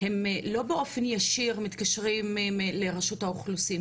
הם לא באופן ישיר מתקשרים לרשות האוכלוסין,